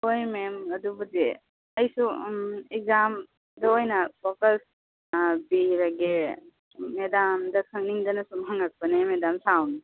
ꯍꯣꯏ ꯃꯦꯝ ꯑꯗꯨꯕꯨꯗꯤ ꯑꯩꯁꯨ ꯑꯦꯛꯖꯥꯝꯗꯣ ꯑꯣꯏꯅ ꯐꯣꯀꯁ ꯄꯤꯔꯒꯦ ꯃꯦꯗꯥꯝꯗ ꯈꯪꯅꯤꯡꯗꯅ ꯁꯨꯝ ꯍꯪꯉꯛꯄꯅꯦ ꯃꯦꯗꯥꯝ ꯁꯥꯎꯅꯨ